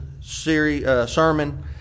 sermon